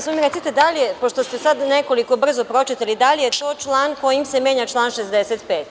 Samo mi recite, pošto ste sada nekoliko brzo pročitali, da li je to član kojim se menja član 65?